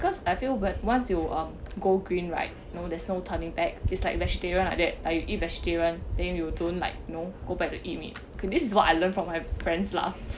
cause I feel when once you um go green right you know there's no turning back it's like vegetarian like that I eat vegetarian then you don't like no go back to eat meat okay this is what I learned from my friends lah